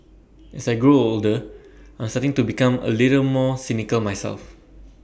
as I grow older I'm starting to become A little bit more cynical myself